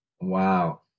Wow